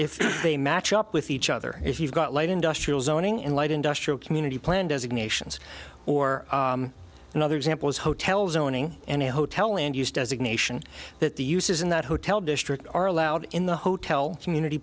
if they match up with each other if you've got light industrial zoning and light industrial community plan designations or another example is hotel zoning and a hotel and use designation that the uses in that hotel district are allowed in the hotel community